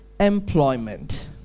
Employment